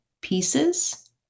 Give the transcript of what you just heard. pieces